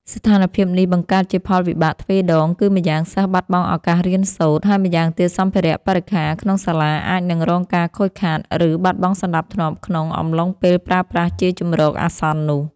ស្ថានភាពនេះបង្កើតជាផលវិបាកទ្វេដង គឺម្យ៉ាងសិស្សបាត់បង់ឱកាសរៀនសូត្រ ហើយម្យ៉ាងទៀតសម្ភារៈបរិក្ខារក្នុងសាលាអាចនឹងរងការខូចខាត ឬបាត់បង់សណ្តាប់ធ្នាប់ក្នុងអំឡុងពេលប្រើប្រាស់ជាជម្រកអាសន្ននោះ។